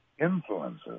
influences